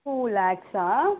to లాక్సా